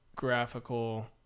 Graphical